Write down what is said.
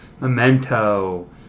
Memento